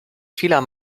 vieler